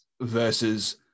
versus